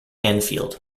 anfield